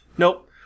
nope